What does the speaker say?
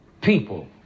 people